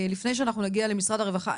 עוד לפני שאנחנו נגיע למשרד הרווחה.